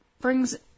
brings